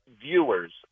viewers